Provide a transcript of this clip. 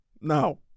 No